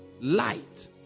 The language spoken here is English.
Light